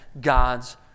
God's